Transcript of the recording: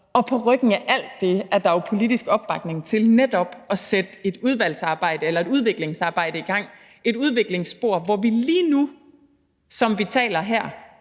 Og på ryggen af alt det er der jo politisk opbakning til netop at sætte et udvalgsarbejde eller et udviklingsarbejde i gang – et udviklingsspor, hvor vi lige nu, hvor vi taler her,